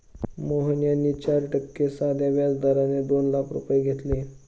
मोहन यांनी चार टक्के साध्या व्याज दराने दोन लाख रुपये घेतले